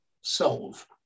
solve